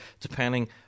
depending